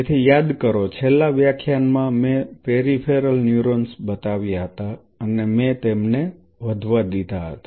તેથી યાદ કરો છેલ્લા વ્યાખ્યાન માં મેં પેરિફેરલ ન્યુરોન્સ બતાવ્યા હતા અને મેં તેમને વધવા દીધા હતા